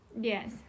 yes